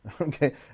okay